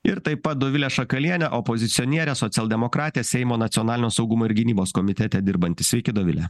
ir taip pat dovilė šakalienė opozicionierė socialdemokratė seimo nacionalinio saugumo ir gynybos komitete dirbanti sveiki dovile